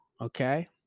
okay